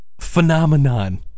phenomenon